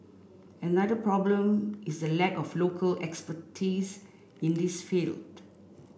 another problem is the lack of local expertise in this field